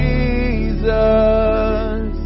Jesus